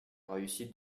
réussite